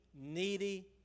needy